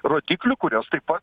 rodiklių kuriuos taip pat